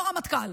לא רמטכ"ל.